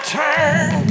turn